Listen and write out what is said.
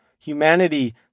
humanity